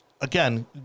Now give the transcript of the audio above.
again